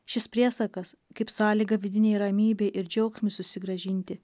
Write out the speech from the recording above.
šis priesakas kaip sąlyga vidinei ramybei ir džiaugsmui susigrąžinti